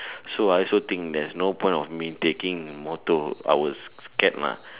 so I also think there's no point of me taking motor I will scared mah